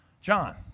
John